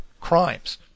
crimes